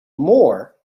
more